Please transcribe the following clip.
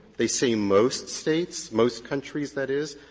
they say most states most countries, that is.